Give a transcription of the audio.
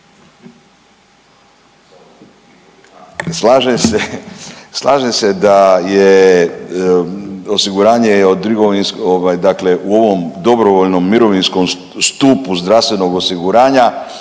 Slažem se da je osiguranje, dakle u ovom dobrovoljnom mirovinsku stupu zdravstvenog osiguranja